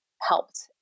helped